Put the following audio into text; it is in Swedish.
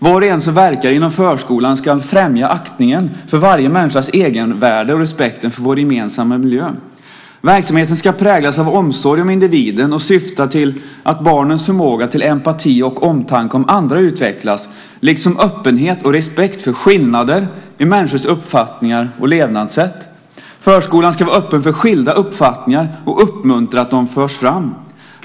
Var och en som verkar inom förskolan ska främja aktningen för varje människas egenvärde och respekten för vår gemensamma miljö. Verksamheten ska präglas av omsorg om individen och syfta till att barnens förmåga till empati och omtanke om andra utvecklas, liksom öppenhet och respekt för skillnader i människors uppfattningar och levnadssätt. Förskolan ska vara öppen för skilda uppfattningar och uppmuntra att de förs fram.